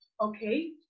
okay